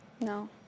No